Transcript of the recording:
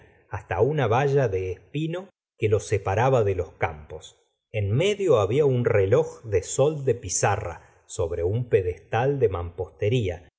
hasta una valla de espino que lo separaba de los campos en medio había un reloj de sol de pizarra sobre un pedestal de mampostería